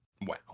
wow